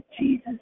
Jesus